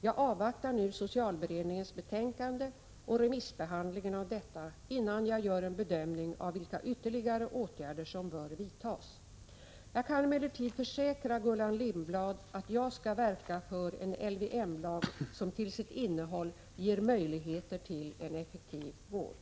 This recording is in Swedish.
Jag avvaktar nu socialberedningens betänkande och remissbehandlingen av detta innan jag gör en bedömning av vilka ytterligare åtgärder som bör vidtas. Jag kan emellertid försäkra Gullan Lindblad att jag skall verka för en LYM som till sitt innehåll ger möjligheter till en effektiv vård.